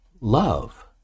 love